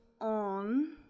on